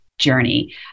journey